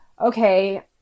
Okay